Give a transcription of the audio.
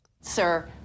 Sir